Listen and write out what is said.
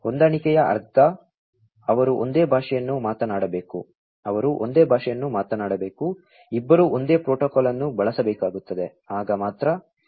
ಹೊಂದಾಣಿಕೆಯ ಅರ್ಥ ಅವರು ಒಂದೇ ಭಾಷೆಯನ್ನು ಮಾತನಾಡಬೇಕು ಅವರು ಒಂದೇ ಭಾಷೆಯನ್ನು ಮಾತನಾಡಬೇಕು ಇಬ್ಬರೂ ಒಂದೇ ಪ್ರೋಟೋಕಾಲ್ ಅನ್ನು ಬಳಸಬೇಕಾಗುತ್ತದೆ ಆಗ ಮಾತ್ರ ಸಂವಹನ ಸಂಭವಿಸುತ್ತದೆ